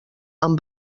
amb